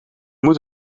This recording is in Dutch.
moet